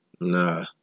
Nah